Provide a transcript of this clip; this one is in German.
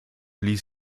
ließ